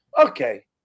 Okay